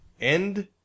End